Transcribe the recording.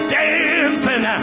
dancing